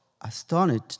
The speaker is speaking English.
astonished